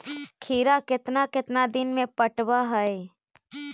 खिरा केतना केतना दिन में पटैबए है?